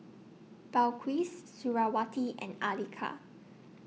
Balqis Suriawati and Andika